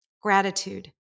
gratitude